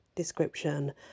description